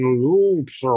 loops